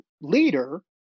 leader